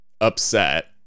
upset